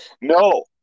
No